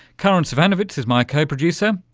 karin zsivanovits is my co-producer.